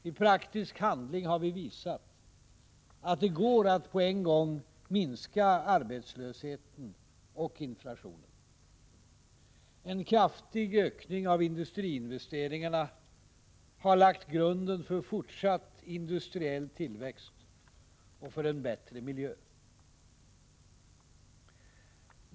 I praktisk handling har vi visat att det går att på en gång minska arbetslösheten och inflationen. En kraftig ökning av industriinvesteringarna har lagt grunden för fortsatt industriell tillväxt och för en bättre miljö.